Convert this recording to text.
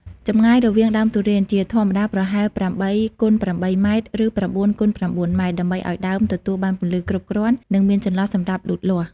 ចម្ងាយរវាងដើមទុរេន ជាធម្មតាប្រហែល ៨ x ៨ ម៉ែត្រ ឬ ៩ x ៩ ម៉ែត្រ ដើម្បីឱ្យដើមទទួលបានពន្លឺគ្រប់គ្រាន់ និងមានចន្លោះសម្រាប់លូតលាស់។